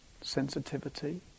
sensitivity